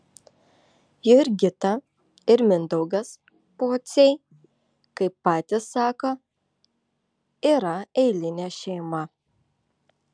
jurgita ir mindaugas pociai kaip patys sako yra eilinė šeima